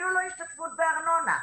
אפילו לא השתתפות בארנונה,